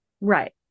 Right